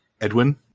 Edwin